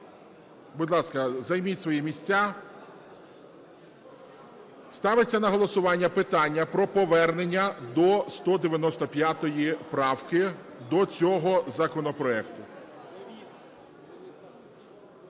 Будь ласка, займіть свої місця. Ставиться на голосування питання про повернення до 195 правки до цього законопроекту.